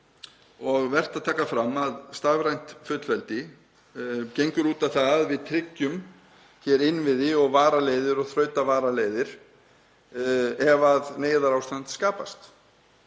og vert að taka fram að stafrænt fullveldi gengur út á það að við tryggjum hér innviði, varaleiðir og þrautavaraleiðir ef neyðarástand skapast.